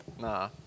Nah